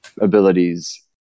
abilities